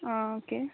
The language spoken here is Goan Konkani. आ ओके